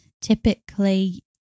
typically